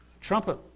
trumpet